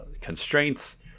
Constraints